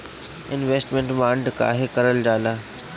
Investment bond काहे कारल जाला?